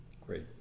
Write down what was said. Great